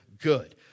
good